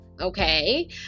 okay